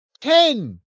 ten